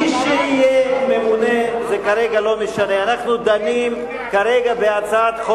אגב, משרד ראש הממשלה ממונה על רשות השידור.